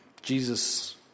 Jesus